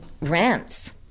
rants